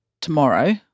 tomorrow